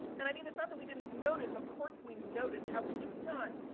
and, i mean, it's not that we didn't notice. of course we noticed. how could you not?